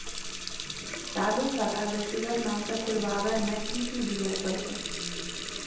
चालू खाता व्यक्तिगत नाम से खुलवाबै में कि की दिये परतै?